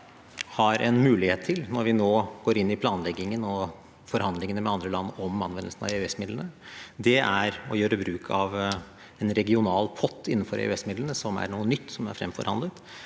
har en mulighet til når vi nå går inn i planleggingen og forhandlingene med andre land om anvendelsen av EØS-midlene, er å gjøre bruk av en regional pott innenfor EØS-midlene, som er noe nytt som er fremforhandlet,